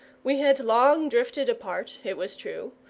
we had long drifted apart, it was true,